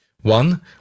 One